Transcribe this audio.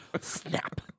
Snap